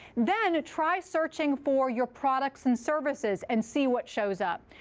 then, try searching for your products and services and see what shows up.